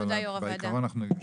אבל בעיקרון אנחנו ניגשים להצבעה.